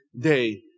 day